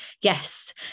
yes